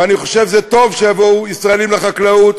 ואני חושב שזה טוב שיבואו ישראלים לחקלאות,